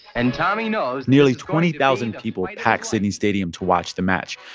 and tommy knows. nearly twenty thousand people packed sydney stadium to watch the match.